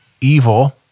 evil